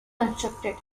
constructed